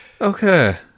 Okay